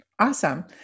Awesome